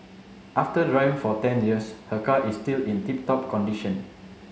after driving for ten years her car is still in tip top condition